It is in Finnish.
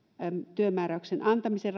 työmääräyksen antamisen